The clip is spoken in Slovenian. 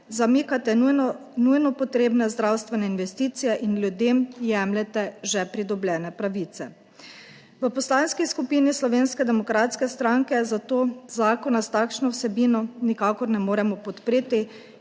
zamikate nujno, nujno potrebne zdravstvene investicije in ljudem jemljete že pridobljene pravice. V Poslanski skupini Slovenske demokratske stranke zato zakona s takšno vsebino nikakor ne moremo podpreti